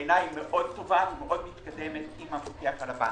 בעיניי מאוד טובה ומתקדמת עם המפקח על הבנקים.